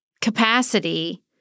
capacity